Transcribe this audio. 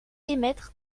émettre